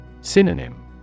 Synonym